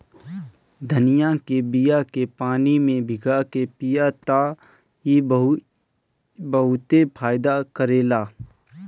धनिया के बिया के पानी में भीगा के पिय त ई बहुते फायदा करेला